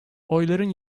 oyların